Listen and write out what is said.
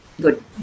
good